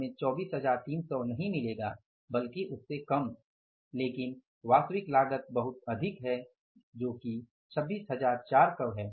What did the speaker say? हमें 24300 नहीं मिलेगा बल्कि उससे कम लेकिन वास्तविक लागत बहुत अधिक है जो कि 26400 है